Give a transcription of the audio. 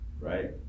Right